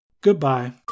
Goodbye